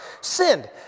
sinned